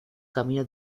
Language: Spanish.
camino